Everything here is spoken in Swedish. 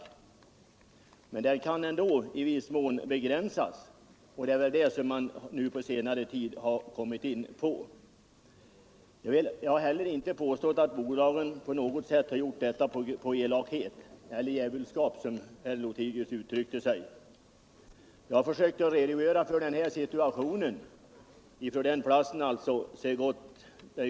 Men den kan i viss mån begränsas, och det är det man på senare tid kommit in på. Jag har heller inte påstått att bolagen gjort detta av elakhet eller på djävulskap, som herr Lothigius uttryckte det; jag försökte bara redogöra för situationen så gott det sig göra lät.